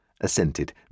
assented